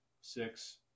six